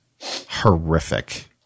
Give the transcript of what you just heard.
horrific